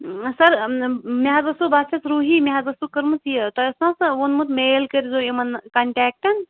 سَر مےٚ حظ اوس سُہ بہٕ حظ چھس روٗحی مےٚ حظ اوس سُہ کٕرمژ یہِ توہہِ اوسوٕ نا سُہ ووٛنمُت میل کٔرزیو یِمن کَنٛٹیکٹن